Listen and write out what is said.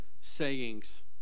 Sayings